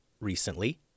recently